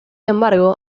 embargo